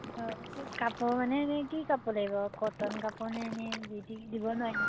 অঁ কাপোৰ মানে এনেই কি কাপোৰ লাগিব কটন কাপোৰ নে এনেই যি টি দিব নোৱাৰি নহয়